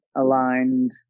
aligned